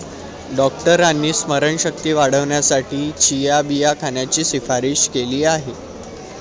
डॉक्टरांनी स्मरणशक्ती वाढवण्यासाठी चिया बिया खाण्याची शिफारस केली आहे